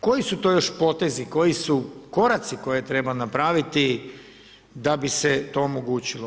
Koji su to još potezi, koji su koraci koje treba napraviti da bi se to omogućilo?